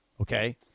okay